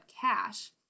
cash